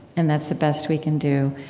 and that's the best we can do.